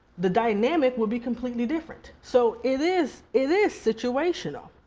the dynamic would be completely different. so it is it is situational.